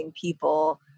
people